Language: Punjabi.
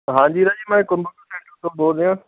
ਹਾਂਜੀ ਰਾਜੇ ਮੈਂ ਕੰਪਿਊਟਰ ਸੈਂਟਰ ਤੋਂ ਬੋਲ ਰਿਹਾ